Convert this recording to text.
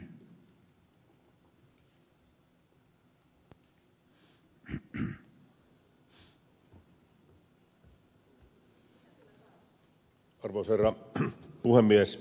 arvoisa herra puhemies